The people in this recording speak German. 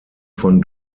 von